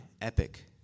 Epic